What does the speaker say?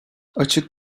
açık